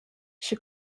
sche